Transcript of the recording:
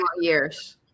years